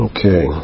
Okay